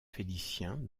félicien